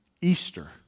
Easter